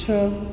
छह